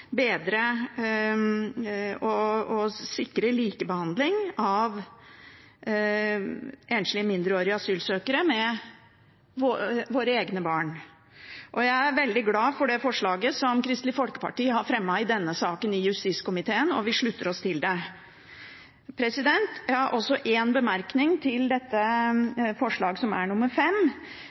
sikre at enslige mindreårige asylsøkere blir behandlet likt med våre egne barn. Jeg er veldig glad for det forslaget som Kristelig Folkeparti har fremmet i denne saken i justiskomiteen, og vi slutter oss til det. Jeg har også en bemerkning til forslag til vedtak V. Der tror jeg at vi også er